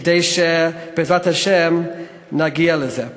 כדי שבעזרת השם נגיע לזה.